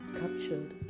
captured